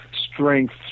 strength